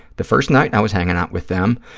the first night i was hanging out with them,